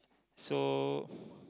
so